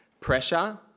pressure